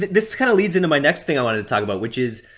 this kind of leads into my next thing i wanted to talk about which is.